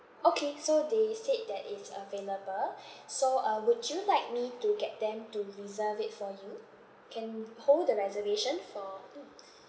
okay so they said that it's available so uh would you like me to get them to reserve it for you can hold the reservation for mm